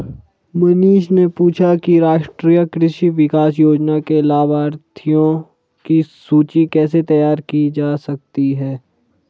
मनीष ने पूछा कि राष्ट्रीय कृषि विकास योजना के लाभाथियों की सूची कैसे तैयार की जा सकती है